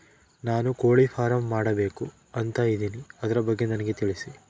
ನಾನು ಕೋಳಿ ಫಾರಂ ಮಾಡಬೇಕು ಅಂತ ಇದಿನಿ ಅದರ ಬಗ್ಗೆ ನನಗೆ ತಿಳಿಸಿ?